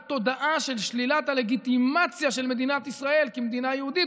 על תודעה של שלילת הלגיטימציה של מדינת ישראל כמדינה יהודית.